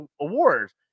awards